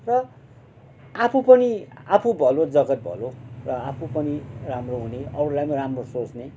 र आफू पनि आफू भलो जगत भलो र आफू पनि राम्रो हुने अरूलाई नि राम्रो सोच्ने